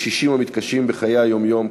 קשישים המתקשים בחיי היום-יום,